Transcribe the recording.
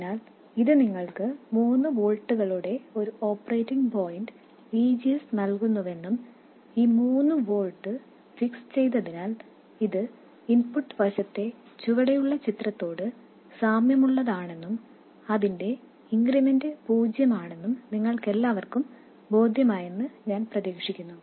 അതിനാൽ ഇത് നിങ്ങൾക്ക് മൂന്ന് വോൾട്ടുകളുടെ ഒരു ഓപ്പറേറ്റിംഗ് പോയിന്റ് VGS നൽകുന്നുവെന്നും ഈ 3 വോൾട്ട് ഫിക്സ് ചെയ്തതിനാൽ ഇത് ഇൻപുട്ട് വശത്തെ ചുവടെയുള്ള ചിത്രത്തോട് സാമ്യമുള്ളതാണെന്നും അതിന്റെ ഇൻക്രിമെന്റ് പൂജ്യമാണെന്നും നിങ്ങൾക്കെല്ലാവർക്കും ബോധ്യമായെന്ന് ഞാൻ പ്രതീക്ഷിക്കുന്നു